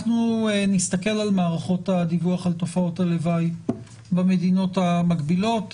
אנחנו נסתכל על מערכות הדיווח על תופעות הלוואי במדינות המקבילות,